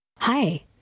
Hi